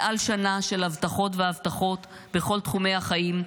מעל שנה של הבטחות והבטחות בכל תחומי החיים,